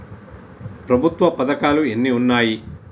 ప్రభుత్వ పథకాలు ఎన్ని ఉన్నాయి?